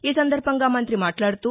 ఈ సందర్భంగా మంత్రి మాట్లాడుతూ